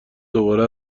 دوباره